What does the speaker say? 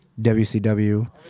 WCW